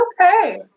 okay